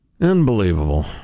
Unbelievable